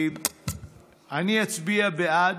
אני אצביע בעד.